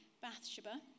Bathsheba